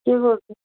କିଏ କହୁଛ